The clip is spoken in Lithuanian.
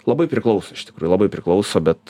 labai priklauso iš tikrųjų labai priklauso bet